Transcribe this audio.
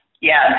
yes